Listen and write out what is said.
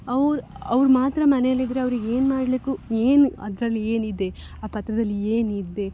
ಅವ ಅವ್ರು ಮಾತ್ರ ಮನೆಯಲ್ಲಿದ್ದರೆ ಅವ್ರಿಗೆ ಏನು ಮಾಡಲಿಕ್ಕೂ ಏನು ಅದರಲ್ಲಿ ಏನಿದೆ ಆ ಪತ್ರದಲ್ಲಿ ಏನಿದೆ